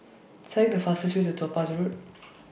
Select The fastest Way to Topaz Road